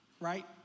right